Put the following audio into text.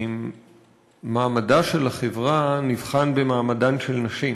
שמעמדה של החברה נבחן במעמדן של נשים.